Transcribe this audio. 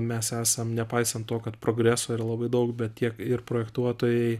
mes esam nepaisant to kad progreso yra labai daug bet tiek ir projektuotojai